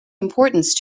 importance